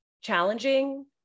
challenging